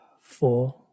four